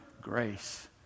grace